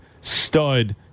stud